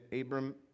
Abram